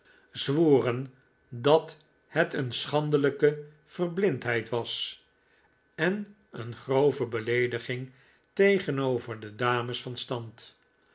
zwoeren dat het een schandelijke verblindheid was en een grove beleediging tegenover de dames van stand